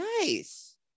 Nice